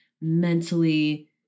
mentally